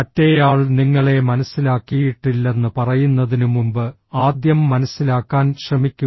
മറ്റേയാൾ നിങ്ങളെ മനസ്സിലാക്കിയിട്ടില്ലെന്ന് പറയുന്നതിനുമുമ്പ് ആദ്യം മനസ്സിലാക്കാൻ ശ്രമിക്കുക